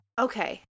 okay